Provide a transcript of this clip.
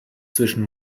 zwischen